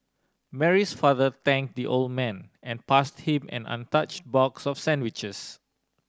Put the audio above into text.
Mary's father thanked the old man and passed him an untouched box of sandwiches